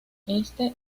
este